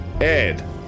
Ed